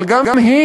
אבל גם היא,